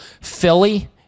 Philly